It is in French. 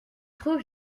trop